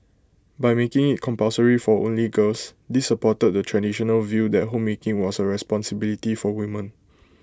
by making IT compulsory for only girls this supported the traditional view that homemaking was A responsibility for women